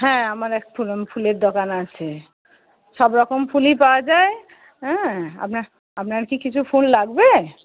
হ্যাঁ আমার এক ফুলের দোকান আছে সবরকম ফুলই পাওয়া যায় আপনার আপনার কি কিছু ফুল লাগবে